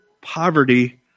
poverty